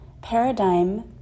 Paradigm